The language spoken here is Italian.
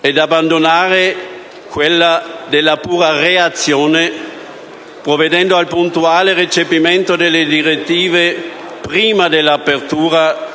e abbandonare quella della pura reazione, provvedendo al puntuale recepimento delle direttive prima dell'apertura